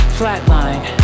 flatline